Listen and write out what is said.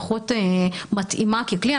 פחות מתאימה ככלי.